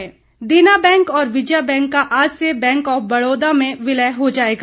विलय देना बैंक और विजया बैंक का आज से बैंक ऑफ बड़ौदा में विलय हो जाएगा